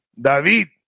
David